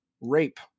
rape